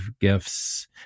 gifts